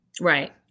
Right